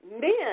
Men